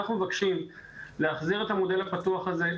אנחנו מבקשים להחזיר את המודל הפתוח הזה.